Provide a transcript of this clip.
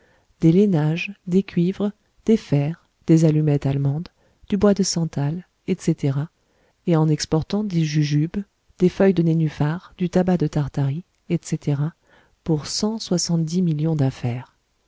des lainages des cuivres des fers des allumettes allemandes du bois de santal etc et en exportant des jujubes des feuilles de nénuphar du tabac de tartarie etc pour cent soixante-dix millions d'affaires